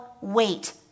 wait